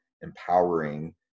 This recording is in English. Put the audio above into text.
empowering